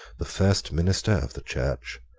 the first minister of the church,